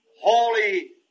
holy